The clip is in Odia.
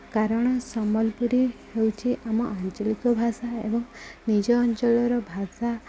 କାରଣ ସମ୍ବଲପୁରୀ ହେଉଛି ଆମ ଆଞ୍ଚଳିକ ଭାଷା ଏବଂ ନିଜ ଅଞ୍ଚଳର ଭାଷା